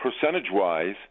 percentage-wise